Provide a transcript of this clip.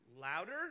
louder